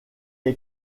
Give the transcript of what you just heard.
est